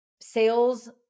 sales